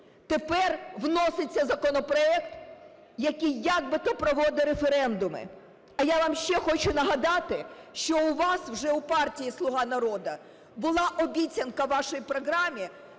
тепер вноситься законопроект, який якби-то проводить референдуми. А я вам ще хочу нагадати, що у вас вже у партії "Слуга народу" була обіцянка в вашій програмі